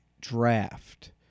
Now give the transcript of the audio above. draft